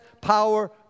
power